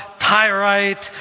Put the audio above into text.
Tyrite